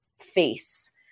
face